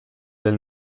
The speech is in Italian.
del